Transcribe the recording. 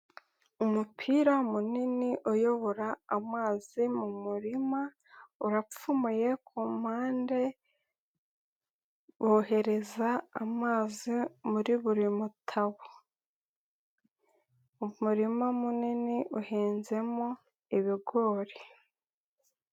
Umupira munini uyobora amazi mu murima, urapfumuye kumpande, wohereza amazi muri buri mutabo, umurima munini uhenzemo ibigori.